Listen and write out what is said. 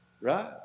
right